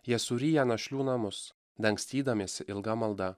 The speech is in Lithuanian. jie suryja našlių namus dangstydamiesi ilga malda